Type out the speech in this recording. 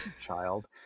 child